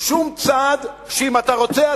שום צעד שאם אתה רוצה,